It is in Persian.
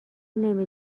نمی